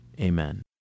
Amen